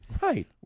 Right